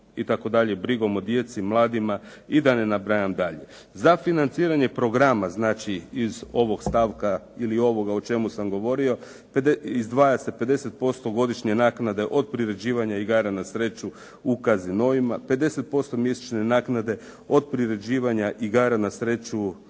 itd. brigom o djeci, mladima i da ne nabrajam dalje. Za financiranje programa, znači iz ovog stavka ili ovoga o čemu sam govorio, izdvaja se 50% godišnje naknade od priređivanja igara na sreću u casinima, 50% mjesečne naknade od priređivanja igara na sreću